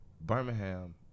Birmingham